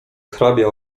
hrabia